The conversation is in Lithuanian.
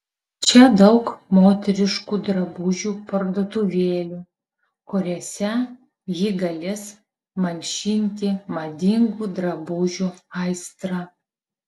čia daug moteriškų drabužių parduotuvėlių kuriose ji galės malšinti madingų drabužių aistrą